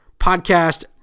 podcast